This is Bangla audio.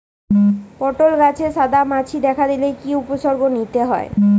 পটল গাছে সাদা মাছি দেখা দিলে কি কি উপসর্গ নিতে হয়?